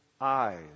eyes